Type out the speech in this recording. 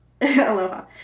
Aloha